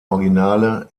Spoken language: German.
originale